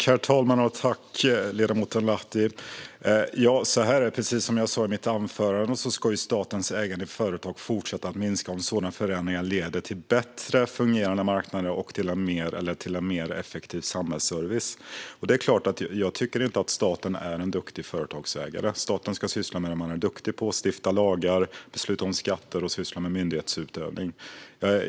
Herr talman! Jag tackar ledamoten Lahti för frågorna. Precis som jag sa i mitt anförande ska statens ägande i företag fortsätta att minska om sådana förändringar leder till bättre fungerande marknader och effektivare samhällsservice. Jag tycker inte att staten är en duktig företagsägare. Staten ska syssla med det den är duktig på: stifta lagar, besluta om skatter och syssla med myndighetsutövning.